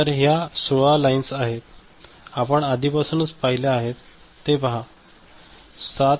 तर ह्या 16 लाईन्स आपण आधीपासूनच पाहिल्या आहेत हे पहा 7489